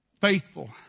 Faithful